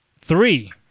three